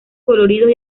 coloridos